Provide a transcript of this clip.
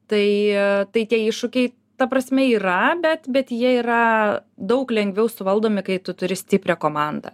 tai tai tie iššūkiai ta prasme yra bet bet jie yra daug lengviau suvaldomi kai tu turi stiprią komandą